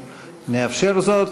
אנחנו נאפשר זאת,